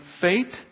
fate